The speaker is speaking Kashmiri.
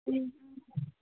ٹھیٖک